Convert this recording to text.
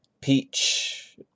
Peach